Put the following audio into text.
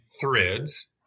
threads